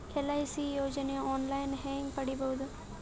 LIC ಯೋಜನೆ online ಹೇಂಗ ಪಡಿಬಹುದು?